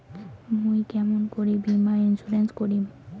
মুই কেমন করি বীমা ইন্সুরেন্স করিম?